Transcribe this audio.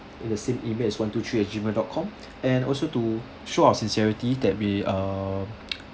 in the same email as one two three at gmail dot com and also to show our sincerity that we err